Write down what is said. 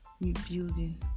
rebuilding